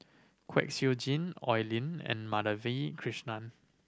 Kwek Siew Jin Oi Lin and Madhavi Krishnan